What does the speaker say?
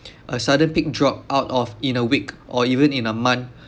a sudden peak drop out of in a week or even in a month